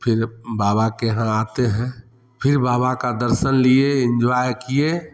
फिर बाबा के यहाँ आते हैं फिर बाबा का दर्शन लिए इन्जॉए किए